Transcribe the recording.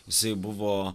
jisai buvo